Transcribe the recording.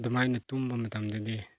ꯑꯗꯨꯃꯥꯏꯅ ꯇꯨꯝꯕ ꯃꯇꯝꯗꯗꯤ